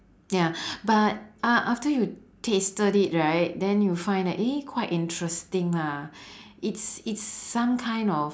ya but uh after you tasted it right then you find that eh quite interesting lah it's it's some kind of